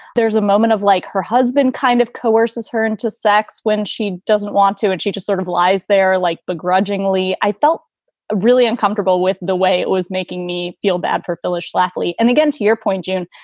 there's a moment of like her husband kind of coerces her into sex when she doesn't want to and she just sort of lies there like begrudgingly. i felt really uncomfortable with the way it was making me feel bad for phyllis schlafly. and again, to your point, jane,